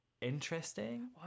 interesting